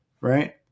right